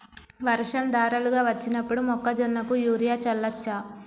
వర్షం ధారలుగా వచ్చినప్పుడు మొక్కజొన్న కు యూరియా చల్లచ్చా?